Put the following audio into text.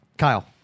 Kyle